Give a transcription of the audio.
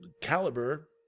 caliber